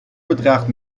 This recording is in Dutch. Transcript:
bedraagt